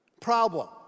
problem